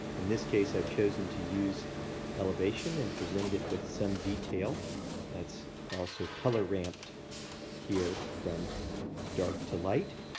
in this case, i've chosen to use elevation and presented it with some detail that's also color ramped here from dark to light.